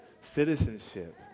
citizenship